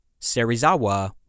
Serizawa